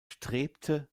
strebte